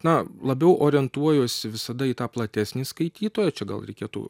na labiau orientuojuosi visada į tą platesnį skaitytoją čia gal reikėtų